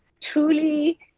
truly